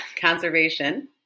conservation